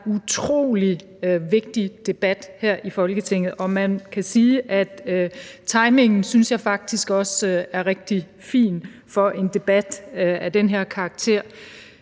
synes jeg, utrolig vigtig debat her i Folketinget. Man kan sige, at timingen faktisk også er rigtig fin, synes jeg, for en debat af den her karakter,